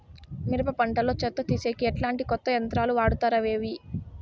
మిరప పంట లో చెత్త తీసేకి ఎట్లాంటి కొత్త యంత్రాలు వాడుతారు అవి ఏవి?